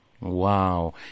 Wow